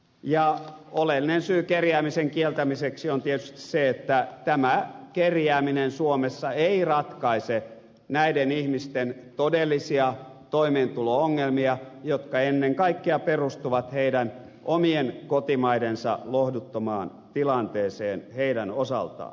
ja oleellinen syy kerjäämisen kieltämiseksi on tietysti se että tämä kerjääminen suomessa ei ratkaise näiden ihmisten todellisia toimeentulo ongelmia jotka ennen kaikkea perustuvat heidän omien kotimaidensa lohduttomaan tilanteeseen heidän osaltaan